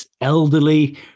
elderly